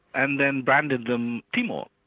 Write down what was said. and then branded them timor.